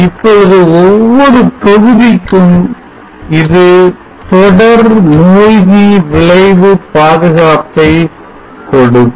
இப்பொழுது ஒவ்வொரு தொகுதிக்கும் இது தொடர் மூழ்கி விளைவு பாதுகாப்பை கொடுக்கும்